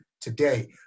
today